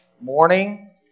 morning